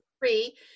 three